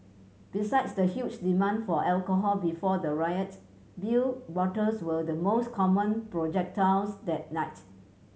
besides the huge demand for alcohol before the riot beer bottles well the most common projectiles that night